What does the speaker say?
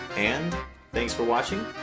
and thanks for watching,